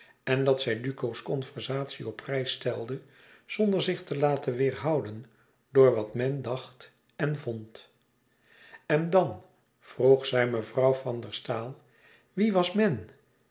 en dat zij duco's conversatie op prijs stelde zonder zich te laten weêrhouden door wat men dacht en vond en dan vroeg zij mevrouw van der staal wie was